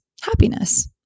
happiness